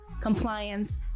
compliance